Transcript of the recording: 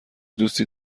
دوستی